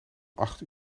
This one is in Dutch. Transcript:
acht